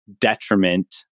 detriment